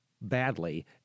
badly